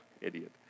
idiot